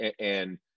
And-